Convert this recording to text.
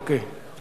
אין בעיה.